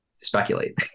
Speculate